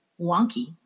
wonky